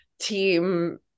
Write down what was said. team